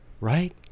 right